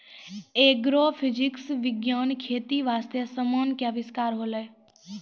agrophysics विज्ञान खेती बास्ते समान के अविष्कार होलै